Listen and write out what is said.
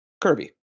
Kirby